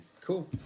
Cool